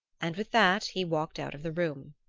and with that he walked out of the room.